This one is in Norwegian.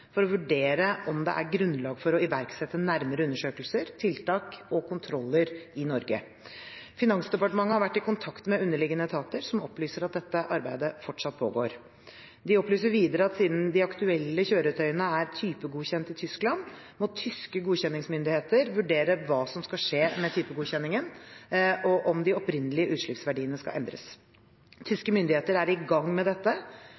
for å vurdere om det er grunnlag for å iverksette nærmere undersøkelser, tiltak og kontroller i Norge. Finansdepartementet har vært i kontakt med underliggende etater, som opplyser at dette arbeidet fortsatt pågår. De opplyser videre at siden de aktuelle kjøretøyene er typegodkjent i Tyskland, må tyske godkjenningsmyndigheter vurdere hva som skal skje med typegodkjenningen, og om de opprinnelige utslippsverdiene skal endres. Tyske myndigheter er i gang med dette,